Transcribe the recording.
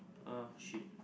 !ah shit!